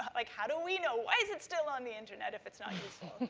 like, how do we know? why is it still on the internet if it's not useful?